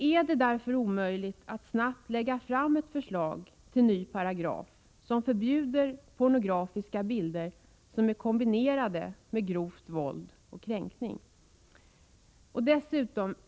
Är det därför omöjligt att snabbt lägga fram ett förslag till en ny paragraf, som förbjuder pornografiska bilder som är kombinerade med grovt våld och kränkning?